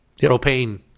propane